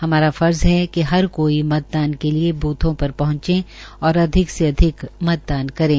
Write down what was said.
हमारा फर्ज है कि हर कोई मतदान के लिये बूथों पर पहंचे और अधिक से अधिक मतदान करें